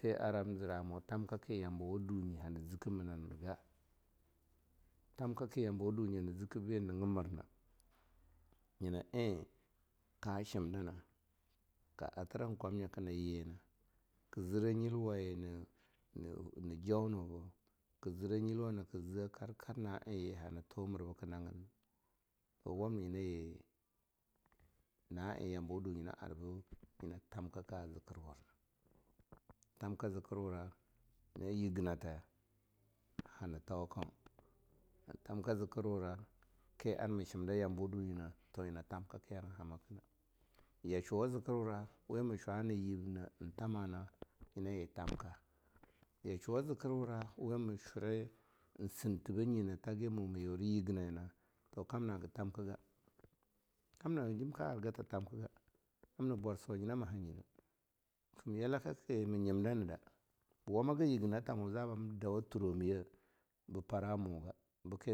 Tih aram zira mu tamka-ki yambawa dudnya hana ziki mna niga. tam kaki yamwa dunya hana ziki biniga mirna, nyina eh ka shimdina ka atra kwamnyaka na yina, ka zira nyilwa yeh na nn-jonuba, ka zika nyilwa naka zeh karka na eh ye hana tumir bika nagin hana wamna nyina yi na eh yambawa dunyi hana arbih nyina tamka-ka zikirwurna. Tamka zikirwaura na yiginata hana tau kaun, tamka zikirwaura keh ar ina shimda yamzawa dunyi toh nyina tamkaki han hamakana. Yashuwa zikirwura we ma shwa na yubna ehn tama na nyina ye tamka, yashuwa zikiwura we ma shura ehn sinti bah nyina tasi mu ma yira yirginai na toh kamna haga tamkiga, kamna jim ka argi ta tamkiga, amnai bwarbo nyina banye neh, yala ki ma nyimda nada, ba wama ga yiginata mo